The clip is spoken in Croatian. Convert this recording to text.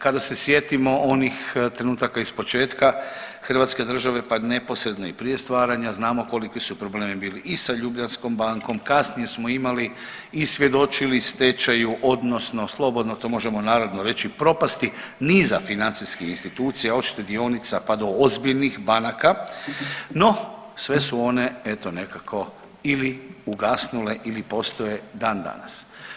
Kada se sjetimo onih trenutaka iz početka Hrvatske države, pa neposredno i prije stvaranja znamo koliki problemi su bili i sa Ljubljanskom bankom, kasnije smo imali i svjedočili stečaju, odnosno slobodno to možemo narodno reći propasti niza financijskih institucija od štedionica pa do ozbiljnih banaka no sve su one eto nekako ili ugasnule ili postoje dan danas.